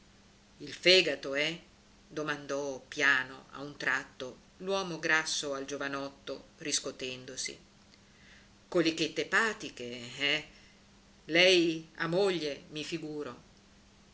il fegato eh domandò piano a un tratto l'uomo grasso al giovinotto riscotendosi colichette epatiche eh lei ha moglie mi figuro